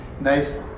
nice